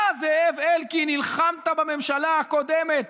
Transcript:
אתה, זאב אלקין, נלחמת בממשלה הקודמת,